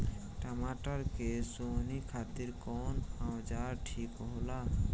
टमाटर के सोहनी खातिर कौन औजार ठीक होला?